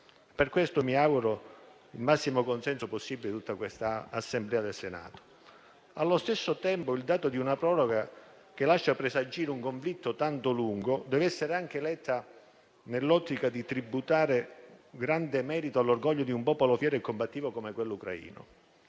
Per questo mi auguro il massimo consenso possibile da parte dell'Assemblea del Senato. Allo stesso tempo, il dato di una proroga, che lascia presagire un conflitto molto lungo, deve essere letto anche nell'ottica di tributare grande merito all'orgoglio di un popolo fiero e combattivo come quello ucraino.